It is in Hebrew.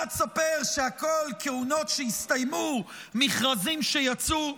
אתה תספר שהכול כהונות שהסתיימו, מכרזים שיצאו.